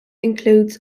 include